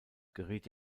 geriet